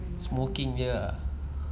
smoking jer ah